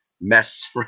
mess